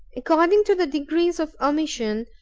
according to the degrees of omission,